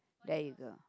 there you go